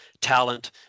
talent